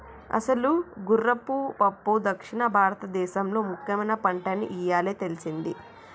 అసలు గుర్రపు పప్పు దక్షిణ భారతదేసంలో ముఖ్యమైన పంటని ఇయ్యాలే తెల్సింది